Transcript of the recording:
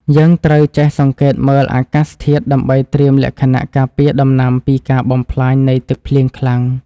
យើងត្រូវចេះសង្កេតមើលអាកាសធាតុដើម្បីត្រៀមលក្ខណៈការពារដំណាំពីការបំផ្លាញនៃទឹកភ្លៀងខ្លាំង។